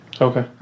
Okay